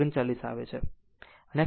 39 આવે છે